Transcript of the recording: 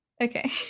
Okay